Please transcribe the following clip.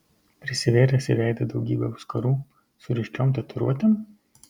prisivėręs į veidą daugybę auskarų su ryškiom tatuiruotėm